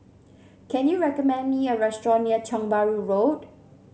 can you recommend me a restaurant near Tiong Bahru Road